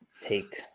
take